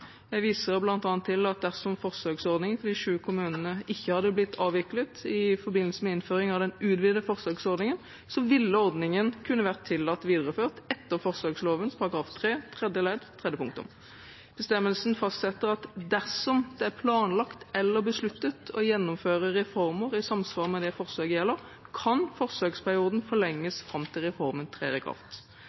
Jeg viser bl.a. til at dersom forsøksordningen for de sju kommunene ikke hadde blitt avviklet i forbindelse med innføringen av den utvidete forsøksordningen, ville ordningen kunne vært tillatt videreført etter forsøksloven § 3, tredje ledd, tredje punktum. Bestemmelsen fastsetter: «Dersom det er planlagt eller besluttet å gjennomføre reformer i samsvar med det forsøket gjelder, kan forsøksperioden forlenges fram til reformen trer